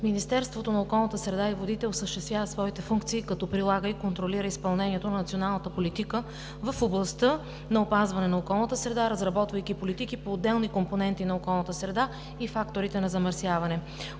Министерството на околната среда и водите осъществява своите функции, като прилага и контролира изпълнението на националната политика в областта на опазване на околната среда, разработвайки политики по отделни компоненти на околната среда и факторите на замърсяване.